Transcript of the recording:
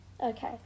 Okay